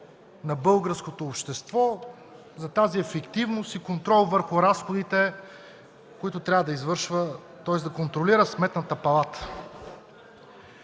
на българското общество, на тази ефективност и контрол върху разходите, които трябва да извършва Сметната палата.